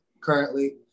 currently